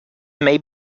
may